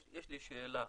יש לי שאלה,